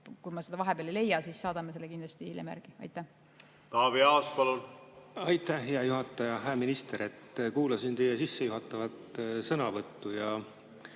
Kui ma seda vahepeal ei leia, siis saadame selle kindlasti teile hiljem. Taavi Aas, palun! Aitäh, hea juhataja! Hää minister! Kuulasin teie sissejuhatavat sõnavõttu ja